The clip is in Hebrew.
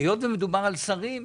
היות ומדובר על שרים,